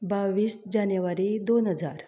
बावीस जानेवारी दोन हजार